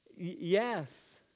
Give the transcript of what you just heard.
Yes